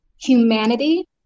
humanity